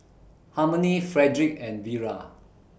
Harmony Frederick and Vira